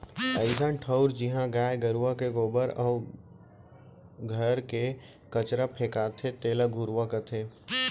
अइसन ठउर जिहॉं गाय गरूवा के गोबर अउ घर के कचरा फेंकाथे तेला घुरूवा कथें